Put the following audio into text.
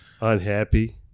Unhappy